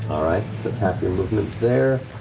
all right, that's half your movement there,